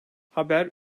haber